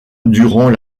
durant